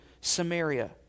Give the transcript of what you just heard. Samaria